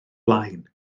blaen